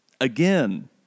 again